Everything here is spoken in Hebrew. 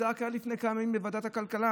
זה היה רק לפני כמה ימים בוועדת הכלכלה.